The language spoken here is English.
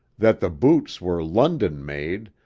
that the boots were london-made,